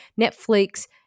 Netflix